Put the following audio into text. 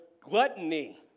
gluttony